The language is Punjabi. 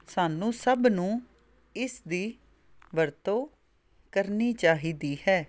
ਸਾਨੂੰ ਸਭ ਨੂੰ ਇਸਦੀ ਵਰਤੋਂ ਕਰਨੀ ਚਾਹੀਦੀ ਹੈ